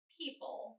people